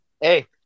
Hey